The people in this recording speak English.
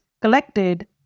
collected